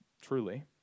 truly